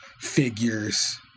figures